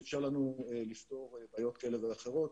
שאפשר לנו לפתור בעיות כאלה ואחרות,